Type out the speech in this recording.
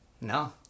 No